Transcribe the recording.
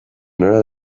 nola